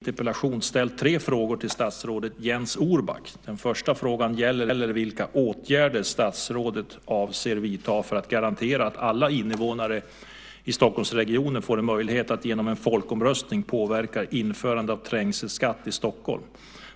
Herr talman! Stefan Attefall har i interpellationen ställt tre frågor till statsrådet Jens Orback. Den första frågan gäller vilka åtgärder statsrådet avser att vidta för att garantera att alla invånare i Stockholmsregionen får en möjlighet att genom en folkomröstning påverka införandet av trängselskatt i Stockholm.